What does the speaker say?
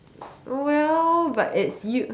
well but it's you